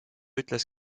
ütles